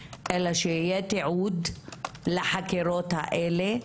אלא שיהיה תיעוד לחקירות האלה,